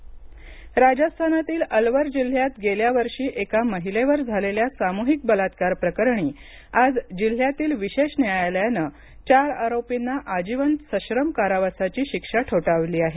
अलवर बलात्कार सजा राजस्थानातील अलवर जिल्ह्यात गेल्या वर्षी एका महिलेवर झालेल्या सामुहिक बलात्कार प्रकरणी आज जिल्ह्यातील विशेष न्यायालयाने चार आरोपींना आजीवन सश्रम कारावासाची शिक्षा ठोठावली आहे